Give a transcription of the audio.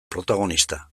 protagonista